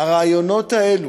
הרעיונות האלה,